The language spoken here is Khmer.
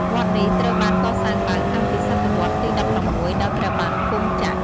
វត្តនេះត្រូវបានកសាងឡើងតាំងពីសតវត្សរ៍ទី ១៦ ដោយព្រះបាទគង់ចក្រ។